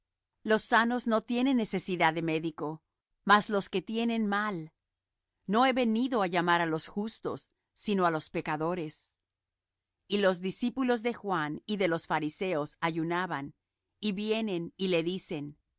los sanos no tienen necesidad de médico mas los que tienen mal no he venido á llamar á los justos sino á los pecadores y los discípulos de juan y de los fariseos ayunaban y vienen y le dicen